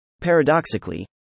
Paradoxically